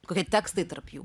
kokie tekstai tarp jų